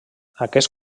aquest